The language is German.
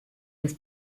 des